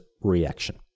reaction